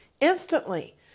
instantly